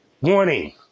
Warning